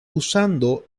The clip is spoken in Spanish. usando